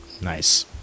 Nice